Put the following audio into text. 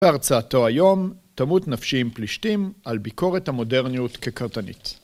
‫בהרצאתו היום "תמות נפשי עם פלישתים" ‫על ביקורת המודרניות כקרתנית.